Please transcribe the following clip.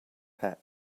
pet